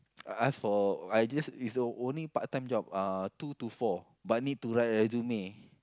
I ask for I just is a only part-time job uh two to four but need to write resume